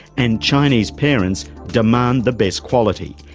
and chinese parents demand the best quality,